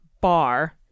bar